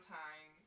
time